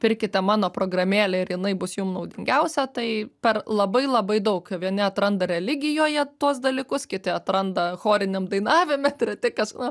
pirkite mano programėlę ir jinai bus jum naudingiausia tai per labai labai daug vieni atranda religijoje tuos dalykus kiti atranda choriniam dainavime treti kaž nu